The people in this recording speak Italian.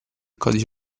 codice